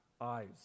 eyes